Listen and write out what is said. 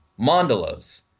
mandalas